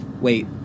Wait